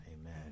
Amen